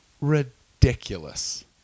ridiculous